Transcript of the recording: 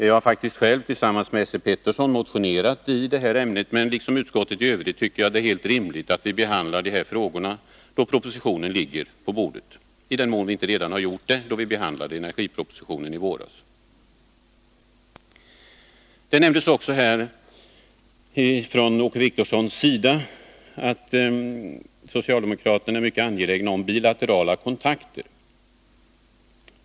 Jag har själv tillsammans med Esse Petersson motionerat i ämnet, men liksom utskottet i övrigt tycker jag det är helt rimligt att vi behandlar de här frågorna då propositionen ligger på bordet, i den mån vi inte redan har gjort det då vi behandlade energipropositionen i våras. Åke Wictorsson nämnde också att socialdemokraterna är mycket angelägna om bilaterala kontakter.